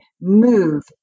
move